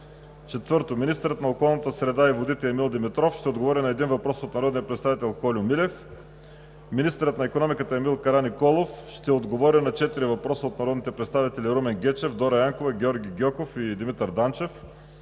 4. Министърът на околната среда и водите Емил Димитров ще отговори на един въпрос от народния представител Кольо Милев. 5. Министърът на икономиката Емил Караниколов ще отговори на четири въпроса от народните представители Румен Гечев; Дора Янкова; Георги Гьоков; и Димитър Данчев.